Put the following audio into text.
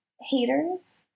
haters